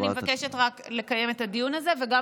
אני מבקשת רק לקיים את הדיון הזה וגם